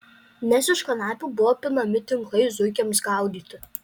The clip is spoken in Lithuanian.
nes iš kanapių buvo pinami tinklai zuikiams gaudyti